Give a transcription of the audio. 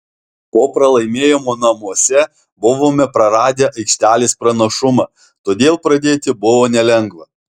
po pralaimėjimo namuose buvome praradę aikštelės pranašumą todėl pradėti buvo nelengva